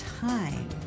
time